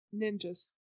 ninjas